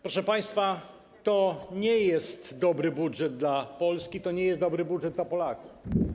Proszę państwa, to nie jest dobry budżet dla Polski, to nie jest dobry budżet dla Polaków.